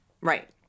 Right